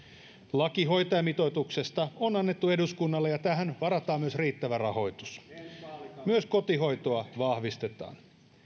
laki hoitajamitoituksesta on annettu eduskunnalle ja tähän varataan myös riittävä rahoitus myös kotihoitoa vahvistetaan